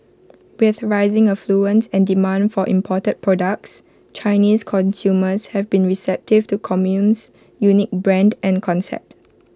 with rising affluence and demand for imported products Chinese consumers have been receptive to Commune's unique brand and concept